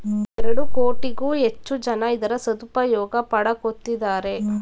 ಎರಡು ಕೋಟಿಗೂ ಹೆಚ್ಚು ಜನ ಇದರ ಸದುಪಯೋಗ ಪಡಕೊತ್ತಿದ್ದಾರೆ